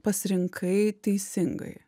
pasirinkai taisingai